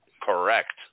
correct